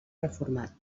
reformat